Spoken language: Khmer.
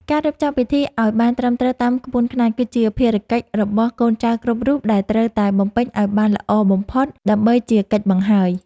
ការរៀបចំពិធីឱ្យបានត្រឹមត្រូវតាមក្បួនខ្នាត គឺជាភារកិច្ចរបស់កូនចៅគ្រប់រូបដែលត្រូវតែបំពេញឱ្យបានល្អបំផុតដើម្បីជាកិច្ចបង្ហើយ។